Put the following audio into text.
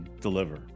deliver